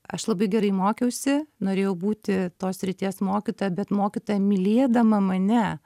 aš labai gerai mokiausi norėjau būti tos srities mokytoja bet mokytoja mylėdama mane